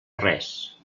res